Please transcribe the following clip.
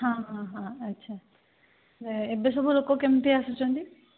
ହଁ ହଁ ହଁ ଆଚ୍ଛା ଏବେ ସବୁ ଲୋକ କେମିତି ଆସୁଛନ୍ତି